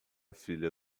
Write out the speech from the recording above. filha